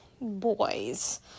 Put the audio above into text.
boys